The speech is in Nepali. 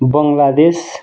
बङ्गलादेश